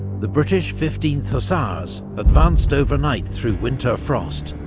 the british fifteenth hussars advanced overnight through winter frost,